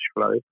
flow